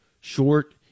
short